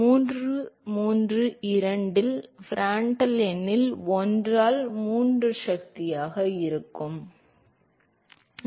332 இல் பிராண்டட்ல் எண்ணில் 1 ஆல் 3 சக்தியாக உள்ளது